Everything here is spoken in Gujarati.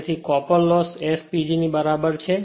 તેથી કોપર લોસ S PG ની બરાબર છે